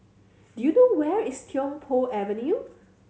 do you know where is Tiong Poh Avenue